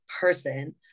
person